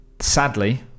sadly